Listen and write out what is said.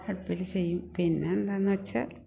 അടുപ്പിൽ ചെയ്യും പിന്ന എന്താണെന്നു വച്ചാൽ